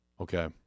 Okay